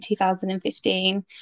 2015